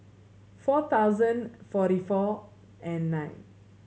four thousand forty four and nine